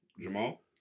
jamal